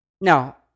Now